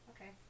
okay